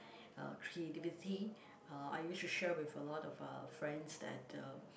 uh creativity uh I used to share with a lot of uh friends that uh